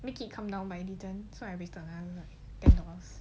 make it come down but it didn't so I wasted my own money ten dollars